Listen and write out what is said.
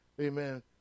Amen